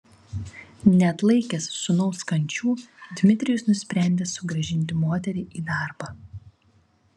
neatlaikęs sūnaus kančių dmitrijus nusprendė sugrąžinti moterį į darbą